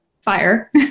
fire